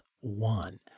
one